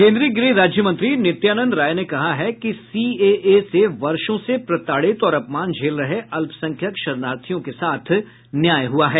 केन्द्रीय गृह राज्य मंत्री नित्यानंद राय ने कहा है कि सीएए से वर्षों से प्रताड़ित और अपमान झेल रहे अल्पसंख्यक शरणार्थियों के साथ न्याय हुआ है